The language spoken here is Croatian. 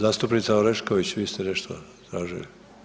Zastupnica Orešković, vi ste nešto tražili?